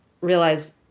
realize